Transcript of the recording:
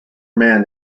man